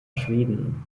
schweden